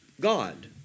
God